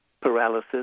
paralysis